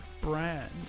brand